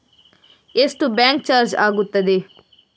ಎಷ್ಟು bank charge ಆಗುತ್ತದೆ?